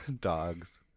dogs